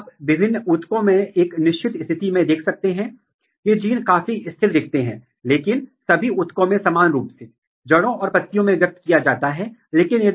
तो आपके पास पौधा होगा जैसा कि आप देख सकते हैं यह जंगली प्रकार है जब आप डेल्टा के साथ पूरक नहीं होते हैं जीआर फ्लोरेट्स इस तरह के होते हैं लेकिन जब हम डेक्सामेथासोन प्रेरण के बाद डेल्टा जीआर के साथ पूरक होते हैं तो फूल बहुत सामान्य होते हैं